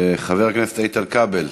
חבר הכנסת איתן כבל,